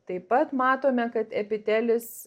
taip pat matome kad epitelis